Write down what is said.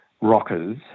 rockers